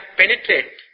penetrate